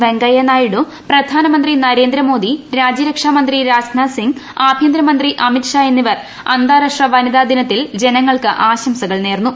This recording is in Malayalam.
വെങ്കയ്യ നായിഡു പ്രധാനമന്ത്രി നരേന്ദ്രമോദി രാജ്യരക്ഷാ മന്ത്രി രാജ്നാഥ് സിംഗ് ആഭ്യന്തര മന്ത്രി അമിത് ഷാ എന്നിവർ അന്താരാഷ്ട്ര വനിതാ ദിനത്തിൽ ജനങ്ങൾക്ക് ആശംസകൾ നേർന്നു